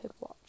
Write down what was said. Watch